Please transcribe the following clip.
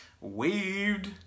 Waved